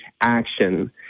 Action